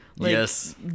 Yes